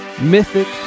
Mythic